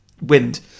Wind